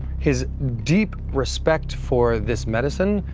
his deep respect for this medicine,